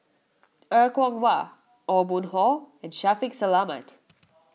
Er Kwong Wah Aw Boon Haw and Shaffiq Selamat